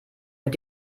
mit